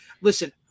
Listen